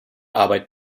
arbeit